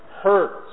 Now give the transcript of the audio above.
hurts